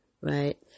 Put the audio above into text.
right